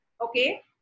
okay